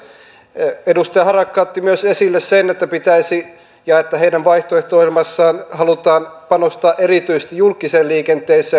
edustaja harakka otti esille myös sen että pitäisi panostaa ja heidän vaihtoehto ohjelmassaan halutaan panostaa erityisesti julkiseen liikenteeseen